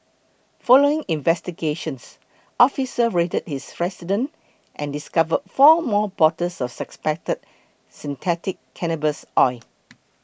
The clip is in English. following investigations officers raided his residence and discovered four more bottles of suspected synthetic cannabis oil